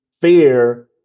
fear